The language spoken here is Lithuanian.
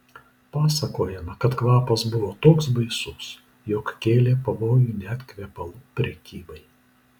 pasakojama kad kvapas buvo toks baisus jog kėlė pavojų net kvepalų prekybai